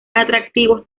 atractivos